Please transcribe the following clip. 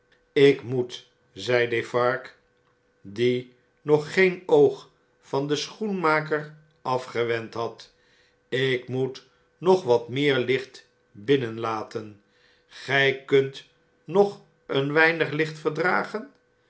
ik moet zei defarge die nog geen oog van den schoenmaker afgewend had ik moet nog wat meer ticht binnenlaten gij kunt nog een weinig licht verdragen